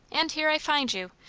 and here i find you!